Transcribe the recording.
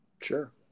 Sure